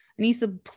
Anissa